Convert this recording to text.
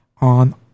on